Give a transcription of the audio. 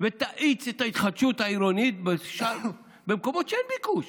ותאיץ את ההתחדשות העירונית במקומות שאין ביקוש.